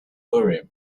urim